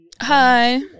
Hi